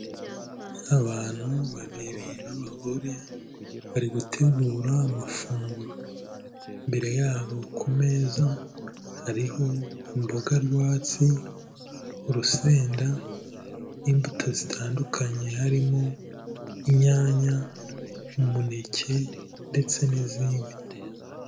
Abantu babiri b'abagore bari gutegura amafunguro, imbere yabo ku meza hariho imboga rwatsi, urusenda n'imbuto zitandukanye harimo inyanya, umuneke ndetse n'izindi.